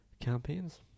campaigns